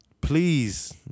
please